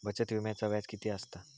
बचत विम्याचा व्याज किती असता?